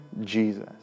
Jesus